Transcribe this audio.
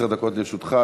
עשר דקות לרשותך.